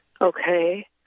Okay